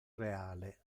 reale